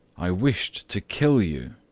i wished to kill you,